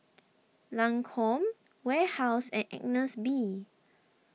Lancome Warehouse and Agnes B